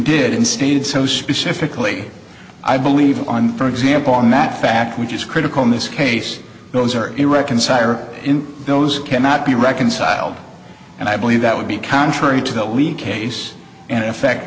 did and stated so specifically i believe on for example on that fact we just critical in this case those are irreconcilable in those cannot be reconciled and i believe that would be contrary to the leak case and in effect